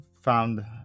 found